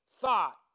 thought